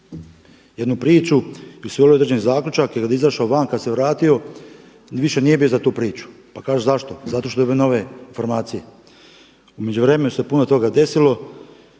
jednu priču i usvojili određeni zaključak, jer kad je izašao van, kad se vratio, više nije bio za tu priču. Pa kažu zašto? Zato što je dobio nove informacije. U međuvremenu se puno toga desilo.